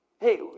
hey